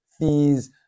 fees